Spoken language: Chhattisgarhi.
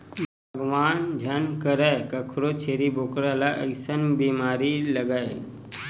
भगवान झन करय कखरो छेरी बोकरा ल अइसन बेमारी लगय